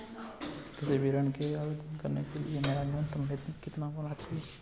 किसी भी ऋण के आवेदन करने के लिए मेरा न्यूनतम वेतन कितना होना चाहिए?